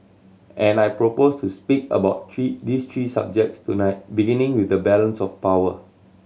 and I propose to speak about three these three subjects tonight beginning with the balance of power